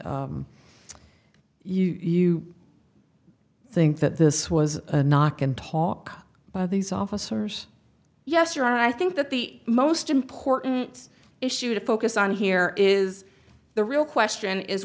you i think that this was a knock and talk by these officers yes your honor i think that the most important issue to focus on here is the real question is